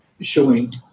showing